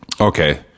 Okay